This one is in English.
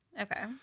Okay